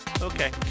Okay